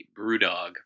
Brewdog